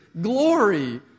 glory